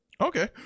okay